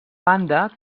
banda